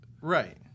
Right